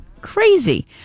crazy